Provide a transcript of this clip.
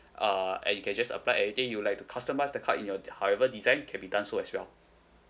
uh and you can just apply anything you'd like to customise the card in your however design can be done so as well